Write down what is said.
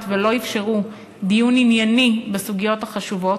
שלא אפשרו דיון ענייני בסוגיות החשובות,